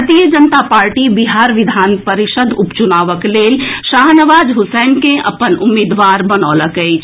भारतीय जनता पार्टी बिहार विधान परिषद उपचुनावक लेल शाहनवाज हुसैन के अपन उम्मीदवार बनौलक अछि